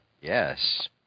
Yes